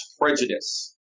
prejudice